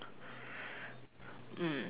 mm